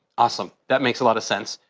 awesome. that makes a lot of sense.